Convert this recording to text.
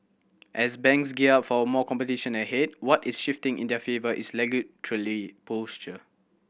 as banks gear up for more competition ahead what is shifting in their favour is posture